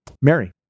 Mary